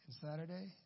Saturday